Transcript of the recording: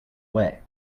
way